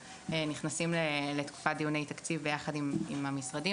נכנסים לתקופת דיוני תקציב ביחד עם המשרדים,